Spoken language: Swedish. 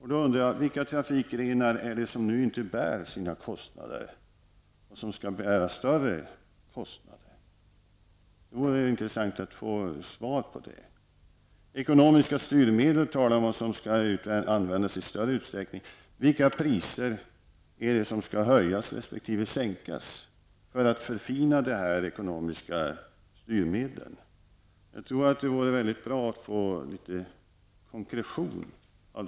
Jag undrar då: Vilka trafikgrenar är det som nu inte bär sina kostnader och som skall bära större kostnader? Det vore intressant att få svar på det. Man talar vidare om att ekonomiska styrmedel skall användas i större utsträckning. Vilka priser är det som skall höjas resp. sänkas när man förfinar de ekonomiska styrmedlen? Jag tror att det vore bra att få det konkretiserat.